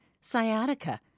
sciatica